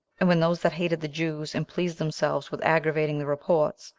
and when those that hated the jews, and pleased themselves with aggravating the reports,